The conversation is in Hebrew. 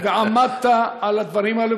ועמדת על הדברים האלה,